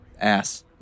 ass